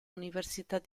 universidad